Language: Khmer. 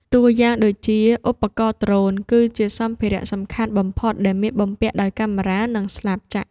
តួយ៉ាងដូចជា ឧបករណ៍ដ្រូន គឺជាសម្ភារៈសំខាន់បំផុតដែលមានបំពាក់ដោយកាមេរ៉ា និងស្លាបចក្រ។